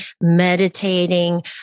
meditating